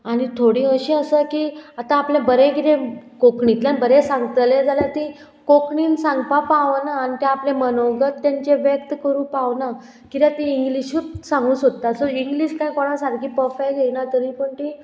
आनी थोडी अशी आसा की आतां आपलें बरें किदें कोंकणींतल्यान बरें सांगतलें जाल्यार तीं कोंकणीन सांगपा पावना आनी तें आपलें मनोगत तेंचें व्यक्त करूं पावना कित्याक ती इंग्लीशूच सांगूंक सोदता सो इंग्लीश कांय कोणा सारकी पर्फेक्ट येना तरी पूण ती